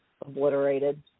obliterated